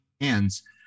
Hands